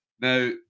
Now